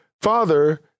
Father